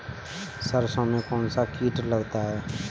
सरसों में कौनसा कीट लगता है?